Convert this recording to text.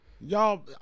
y'all